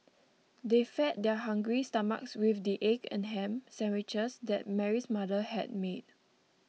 they fed their hungry stomachs with the egg and ham sandwiches that Mary's mother had made